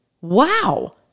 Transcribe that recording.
Wow